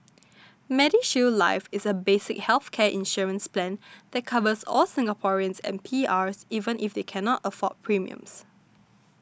MediShield Life is a basic healthcare insurance plan that covers all Singaporeans and PRs even if they cannot afford premiums